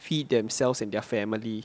feed themselves and their family